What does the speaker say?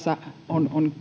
on